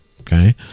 okay